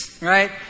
right